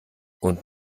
und